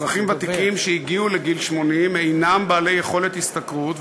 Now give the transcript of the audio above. אזרחים ותיקים שהגיעו לגיל 80 אינם בעלי יכולת השתכרות,